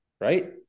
Right